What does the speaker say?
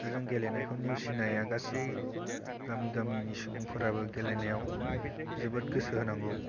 दा जों गेलेनायखौ नेउसिनाया गासै गामि गामिनि सुबुंफोराबो गेलेनायाव जोबोद गोसो होनांगौ